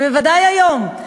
ובוודאי היום.